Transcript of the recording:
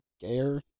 gayer